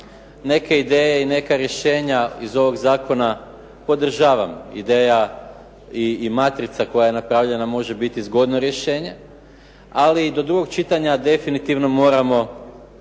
neke ideje i neka rješenja iz ovog zakona podržavam, ideja i matrica koja je napravljena može biti zgodno rješenje ali do drugog čitanja definitivno moramo